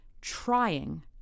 trying